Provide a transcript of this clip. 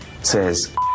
says